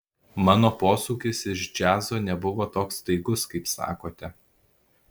mano posūkis iš džiazo nebuvo toks staigus kaip sakote